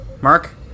Mark